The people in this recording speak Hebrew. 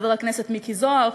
וחבר הכנסת מיקי זוהר,